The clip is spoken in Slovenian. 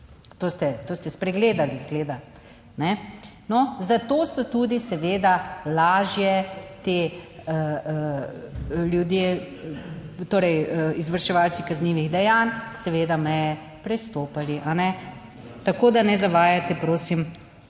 to ste spregledali, izgleda, kajne? No, zato so tudi seveda lažje ti ljudje, torej izvrševalci kaznivih dejanj, seveda meje prestopali, kajne? Tako, da ne zavajati prosim